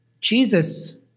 Jesus